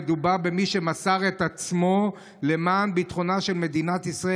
מדובר במי שמסר את עצמו למען ביטחונה של מדינת ישראל,